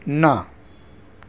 ના